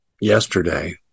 yesterday